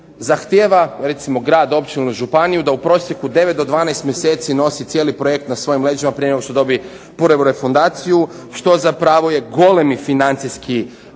zahtijeva recimo grad, općinu ili županiju da u prosjeku 9 do 12 mjeseci nosi cijeli projekt na svojim leđima prije nego što dobi prvu refundaciju što zapravo je golemi financijski napor za